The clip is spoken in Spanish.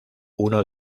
uno